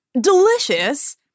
delicious